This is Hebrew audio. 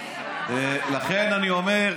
לכן, אני אומר,